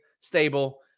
stable